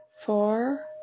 four